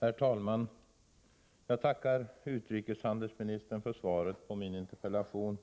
Herr talman! Jag tackar utrikeshandelsministern för svaret på min interpellation.